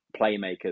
playmakers